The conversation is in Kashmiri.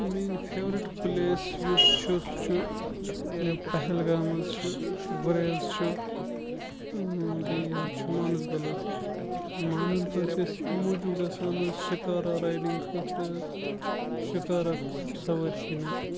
میٛٲنۍ فیورِٹ پٕلیس یُس چھُ سُہ چھُ پہلگام حظ چھُ گُریز چھُ بیٚیہِ حظ چھُ مانَسبَل حظ مانَسبَل چھِ أسۍ اَمہِ موٗجوٗب گژھان حظ شِکارہ رایڈِنٛگ خٲطرٕ حظ شِکارہ قٕسٕم سَوٲرۍ کھیٚنہِ حظ